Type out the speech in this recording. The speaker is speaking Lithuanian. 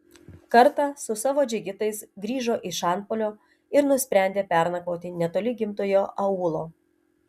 kartą su savo džigitais grįžo iš antpuolio ir nusprendė pernakvoti netoli gimtojo aūlo